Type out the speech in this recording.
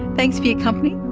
thanks for your company,